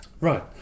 right